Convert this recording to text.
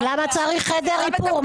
ולמה צריך חדר איפור?